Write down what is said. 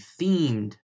themed